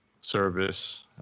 service